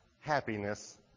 happiness